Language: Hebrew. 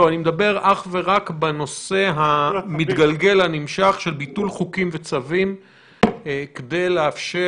אני מדבר אך ורק בנושא המתגלגל הנמשך של ביטול חוקים וצווים כדי לאפשר,